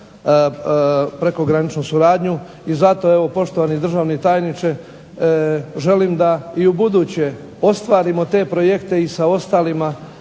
prekograničnu suradnju. I zato poštovani državni tajniče želim da i u buduće ostvarimo te projekte i sa ostalima